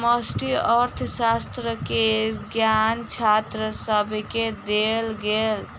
समष्टि अर्थशास्त्र के ज्ञान छात्र सभके देल गेल